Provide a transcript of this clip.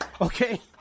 okay